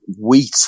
wheat